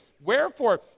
Wherefore